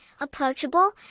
approachable